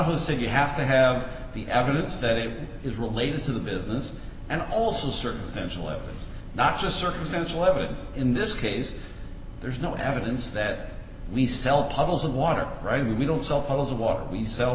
donahoe say you have to have the evidence that it is related to the business and also circumstantial evidence not just circumstantial evidence in this case there is no evidence that we sell puddles of water right we don't sell puddles of water we sell